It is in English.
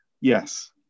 Yes